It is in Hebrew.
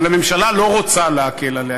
אבל הממשלה לא רוצה להקל עליה,